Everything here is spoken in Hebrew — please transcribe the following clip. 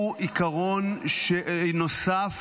ועיקרון נוסף,